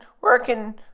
working